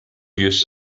use